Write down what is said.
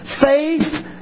faith